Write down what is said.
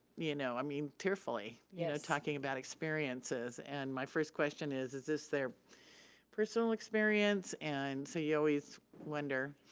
you know, i mean, tearfully, you yeah know, talking about experiences and my first question is is this their personal experience and so you always wonder,